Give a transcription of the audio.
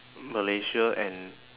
malaysia and